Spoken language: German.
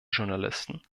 journalisten